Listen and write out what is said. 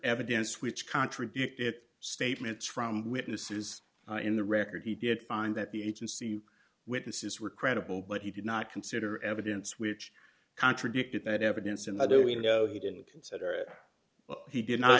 evidence which contradict it statements from witnesses in the record he did find that the agency witnesses were credible but he did not consider evidence which contradicted that evidence and why do we know he didn't consider he did not